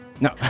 No